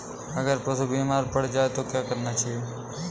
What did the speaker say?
अगर पशु बीमार पड़ जाय तो क्या करना चाहिए?